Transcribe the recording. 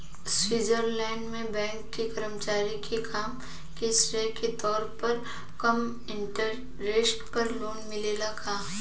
Switzerland में bank के कर्मचारी के काम के श्रेय के तौर पर कम इंटरेस्ट पर लोन मिलेला का?